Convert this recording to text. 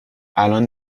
الان